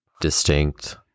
distinct